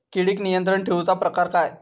किडिक नियंत्रण ठेवुचा प्रकार काय?